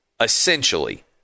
essentially